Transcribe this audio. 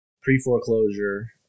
pre-foreclosure